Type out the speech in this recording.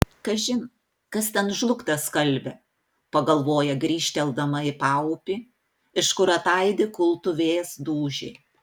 kažin kas ten žlugtą skalbia pagalvoja grįžteldama į paupį iš kur ataidi kultuvės dūžiai